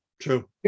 True